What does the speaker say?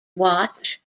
watch